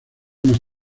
más